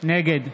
נגד